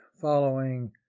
following